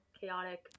chaotic